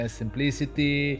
simplicity